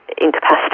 incapacity